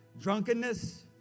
drunkenness